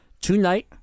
tonight